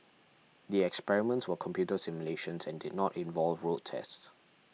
the experiments were computer simulations and did not involve road tests